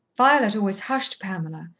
violet always hushed pamela,